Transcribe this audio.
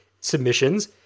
submissions